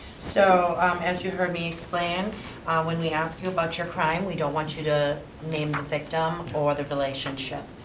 so as you heard me explain when we ask you about your crime, we don't want you to name the victim or the relationship.